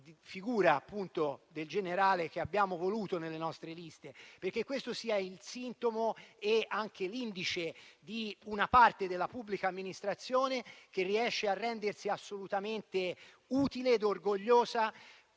figura del generale che abbiamo voluto nelle nostre liste. Riteniamo infatti questo sia il sintomo e anche l'indice di una parte della pubblica amministrazione che riesce a rendersi assolutamente utile ed orgogliosa